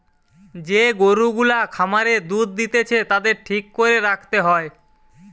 যে গরু গুলা খামারে দুধ দিতেছে তাদের ঠিক করে রাখতে হয়